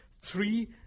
three